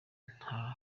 nta